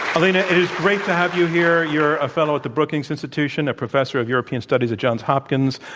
alina, it is great to have you here. you're a fellow at the brookings institution, a professor of european studies at johns hopkins.